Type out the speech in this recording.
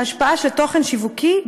ההשפעה של תוכן שיווקי,